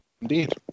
Indeed